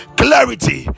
clarity